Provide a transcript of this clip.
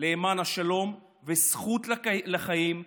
למען השלום והזכות לחיים בעולם.